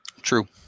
True